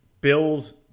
Bill's